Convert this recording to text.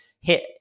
hit